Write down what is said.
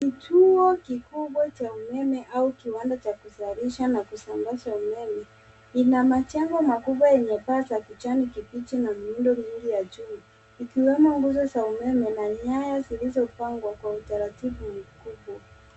Kituo kikubwa cha umeme au kiwanda cha kuzalisha na kusambaza umeme ina majengo makubwa yenye paa kijani kibichi na miundo msingi ya chuma ikiwemo nguo za umeme na nyaya zilizopangwa kwa utaratibu.